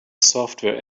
software